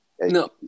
No